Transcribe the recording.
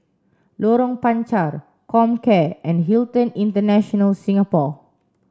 Lorong Panchar Comcare and Hilton International Singapore